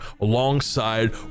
alongside